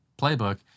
playbook